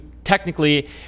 technically